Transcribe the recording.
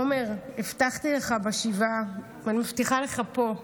עומר, הבטחתי לך בשבעה, ואני מבטיחה לך פה,